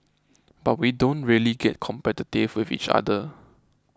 but we don't really get competitive with each other